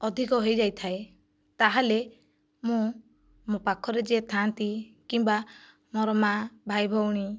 ଅଧିକ ହୋଇ ଯାଇଥାଏ ତା'ହେଲେ ମୁଁ ମୋ ପାଖରେ ଯିଏ ଥାନ୍ତି କିମ୍ବା ମୋର ମାଆ ଭାଇ ଭଉଣୀ